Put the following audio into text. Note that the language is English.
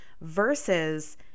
versus